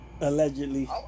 Allegedly